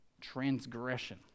transgression